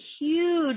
huge